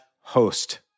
host